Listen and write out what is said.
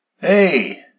Hey